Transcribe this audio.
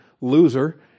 loser